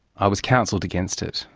i was counselled against it.